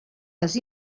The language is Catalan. les